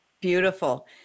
beautiful